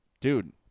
dude